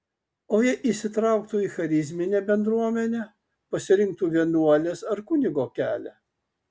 o jei įsitrauktų į charizminę bendruomenę pasirinktų vienuolės ar kunigo kelią